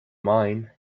mine